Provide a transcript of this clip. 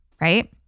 right